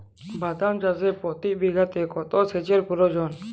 বাদাম চাষে প্রতি বিঘাতে কত সেচের প্রয়োজন?